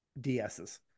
DSs